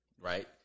Right